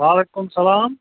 وعلیکُم سلام